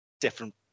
Different